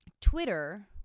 Twitter